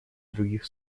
других